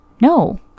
No